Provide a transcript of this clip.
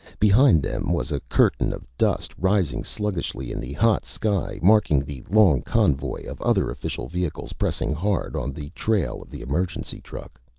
behind them was a curtain of dust rising sluggishly in the hot sky, marking the long convoy of other official vehicles pressing hard on the trail of the emergency truck.